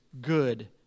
good